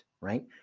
right